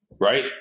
right